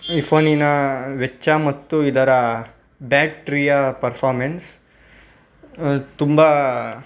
ಈ ಫೋನಿನ ವೆಚ್ಚ ಮತ್ತು ಇದರ ಬ್ಯಾಟ್ರಿಯ ಪರ್ಫಾರ್ಮೆನ್ಸ್ ತುಂಬ